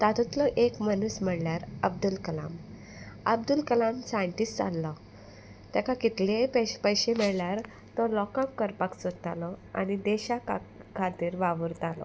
तातूंतलो एक मनीस म्हणल्यार अब्दूल कलाम अब्दुल कलाम सायंटिस्ट जाल्लो तेका कितलेय पेश पयशे म्हणल्यार तो लोकांक करपाक सोदतालो आनी देशाक खातीर वावुरतालो